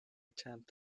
attempt